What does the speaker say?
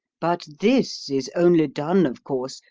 but this is only done, of course,